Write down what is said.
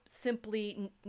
simply